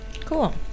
Cool